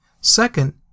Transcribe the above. Second